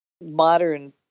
modern